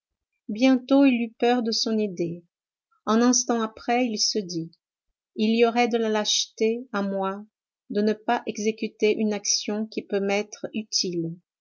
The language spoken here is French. bientôt il eut peur de son idée un instant après il se dit il y aurait de la lâcheté à moi de ne pas exécuter une action qui peut m'être utile